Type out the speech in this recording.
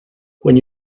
when